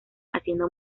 haciendo